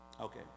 Okay